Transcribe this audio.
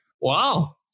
Wow